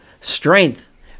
strength